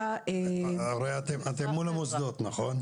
הרי אתם מול המוסדות, נכון?